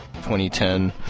2010